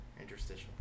interstitial